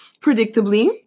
predictably